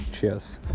Cheers